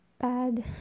bad